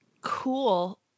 cool